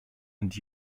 and